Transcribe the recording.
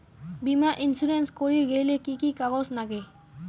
বীমা ইন্সুরেন্স করির গেইলে কি কি কাগজ নাগে?